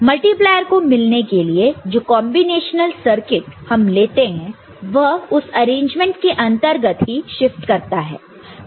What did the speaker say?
multiplayer को मिलने के लिए जो कांबिनेशनल सर्किट हम लेते हैं वह उस अरेंजमेंट के अंतर्गत ही शिफ्ट करता है